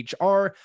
HR